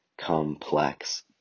complex